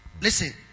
Listen